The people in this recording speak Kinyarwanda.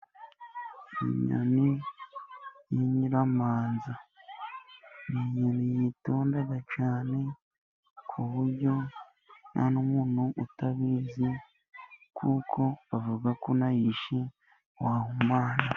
Inyoni y'inyiramanza, ni inyoni yitonda cyane, ku buryo nta n'umuntu utabizi, kuko bavuga ko unayishe wahumana.